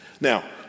Now